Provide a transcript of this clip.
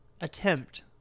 attempt